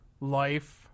life